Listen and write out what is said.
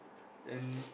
then